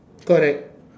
correct